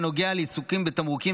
הנוגע לעיסוקים בתמרוקים,